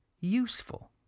useful